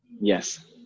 Yes